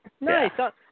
Nice